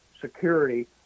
security